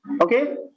Okay